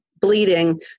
bleeding